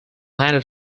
landed